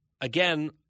again